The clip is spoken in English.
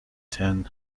ten